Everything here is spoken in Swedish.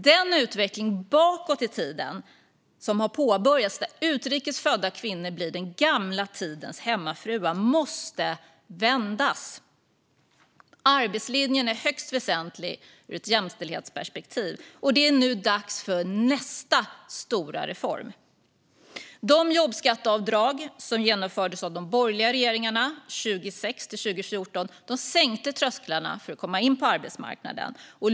Den utveckling bakåt i tiden som har påbörjats, där utrikes födda kvinnor blir den gamla tidens hemmafruar, måste vändas. Arbetslinjen är högst väsentlig ur ett jämställdhetsperspektiv, och det är nu dags för nästa stora reform. De jobbskatteavdrag som genomfördes av de borgerliga regeringarna 2006-2014 sänkte trösklarna för att komma in på arbetsmarknaden.